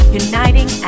uniting